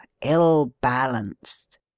ill-balanced